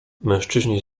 mężczyźni